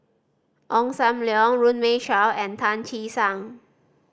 Ong Sam Leong Runme Shaw and Tan Che Sang